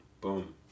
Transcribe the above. Boom